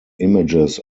images